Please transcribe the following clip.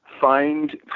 find